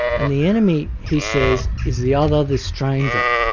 and the enemy, he says, is the other, the stranger.